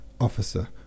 officer